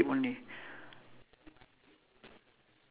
and one is like very like brown colour